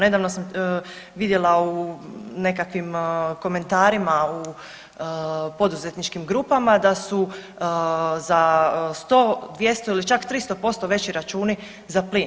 Nedavno sam vidjela u nekakvim komentarima u poduzetničkim grupama da su za 100, 200 ili čak 300% veći računi za plin.